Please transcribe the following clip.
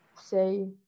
say